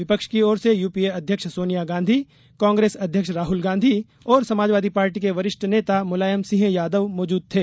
विपक्ष की ओर से यूपीए अध्यक्ष सोनिया गांधी कांग्रेस अध्यक्ष राहल गांधी और समाजवादी पार्टी के वरिष्ठ नेता मुलायम सिंह यादव मौजूद थे